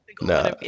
no